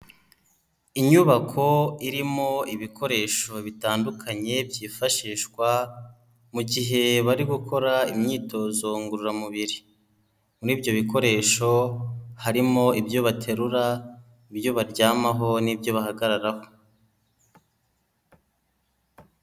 Inyubako irimo ibikoresho bitandukanye byifashishwa mu gihe bari gukora imyitozo ngororamubiri, muri ibyo bikoresho harimo ibyo baterura, ibyo baryamaho n'ibyo bahagararaho.